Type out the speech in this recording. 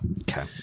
okay